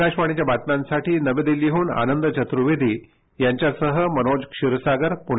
आकाशवाणीच्या बातम्यांसाठी नवी दिल्लीहून आनंद चतुर्वेदी यांच्यासह मनोज क्षीरसागर पुणे